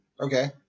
Okay